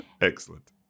Excellent